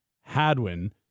Hadwin